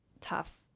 tough